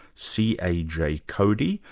c. a. j. coady,